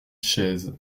chaise